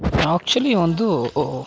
actually ಒಂದು